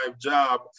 job